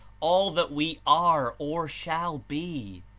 all that we are or shall be.